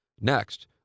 Next